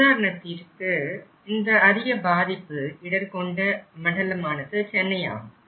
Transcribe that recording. உதாரணத்திற்கு இந்த அதிக பாதிப்பு இடர் கொண்ட மண்டலமானது சென்னை ஆகும்